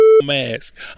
mask